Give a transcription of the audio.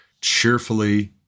cheerfully